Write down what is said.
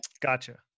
gotcha